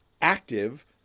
active